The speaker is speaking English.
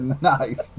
Nice